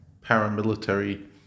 paramilitary